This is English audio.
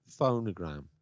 Phonogram